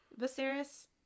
Viserys